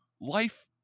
life –